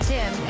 Tim